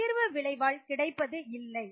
அதிர்வு விளைவால் கிடைப்பது இல்லை